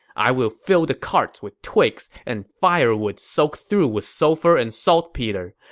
i will fill the carts with twigs and firewood soaked through with sulphur and saltpeter.